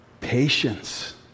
patience